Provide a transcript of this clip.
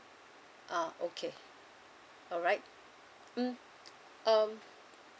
oh okay alright mm um